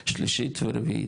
שלישית ורביעית?